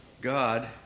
God